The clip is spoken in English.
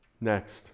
Next